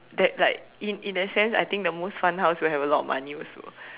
that like in in that sense I think the most fun house will have a lot of money also